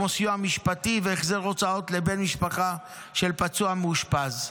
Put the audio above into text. כמו סיוע משפטי והחזר הוצאות לבן משפחה של פצוע מאושפז.